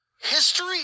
history